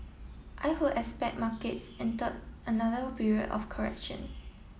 I would expect markets entered another period of correction